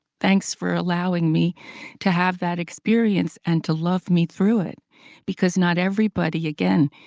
thanks for allowing me to have that experience and to love me through it because not everybody. again,